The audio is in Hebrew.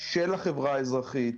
של החברה האזרחית,